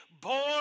born